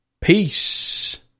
peace